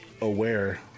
aware